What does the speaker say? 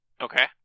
Okay